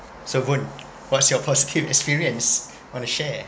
so woon what's your positive experience want to share